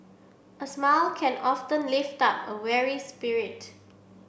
a smile can often lift up a weary spirit